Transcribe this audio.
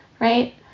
right